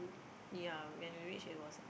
ya and reach it was